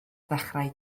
ddechrau